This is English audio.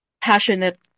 passionate